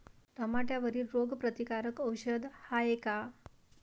टमाट्यावरील रोग प्रतीकारक औषध हाये का?